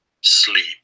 sleep